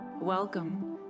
welcome